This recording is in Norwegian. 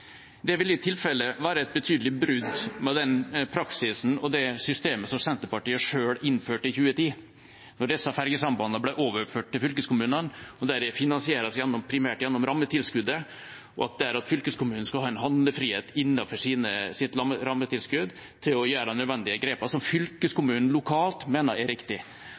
Det ville i tilfelle være et betydelig brudd med den praksisen og det systemet som Senterpartiet selv innførte i 2010, da disse fergesambandene ble overført til fylkeskommunene, der de finansieres primært gjennom rammetilskuddet, og der fylkeskommunen skal ha en handlefrihet innenfor sitt rammetilskudd til å ta de nødvendige grepene som fylkeskommunen lokalt mener er riktig.